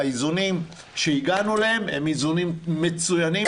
האיזונים שהגענו אליהם הם איזונים מצוינים.